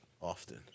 often